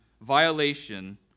violation